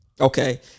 Okay